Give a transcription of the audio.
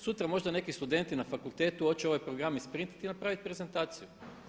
Sutra možda neki studenti na fakultetu hoće ovaj program isprintati i napraviti prezentaciju.